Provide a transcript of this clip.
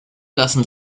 lassen